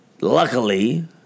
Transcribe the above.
Luckily